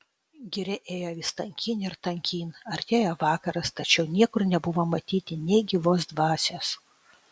giria ėjo vis tankyn ir tankyn artėjo vakaras tačiau niekur nebuvo matyti nė gyvos dvasios